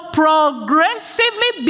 progressively